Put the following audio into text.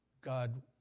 God